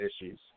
issues